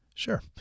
Sure